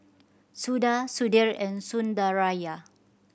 Suda Sudhir and Sundaraiah